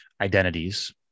identities